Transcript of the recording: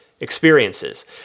experiences